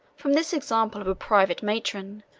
from this example of a private matron,